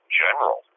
general